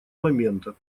момента